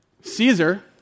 Caesar